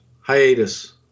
Hiatus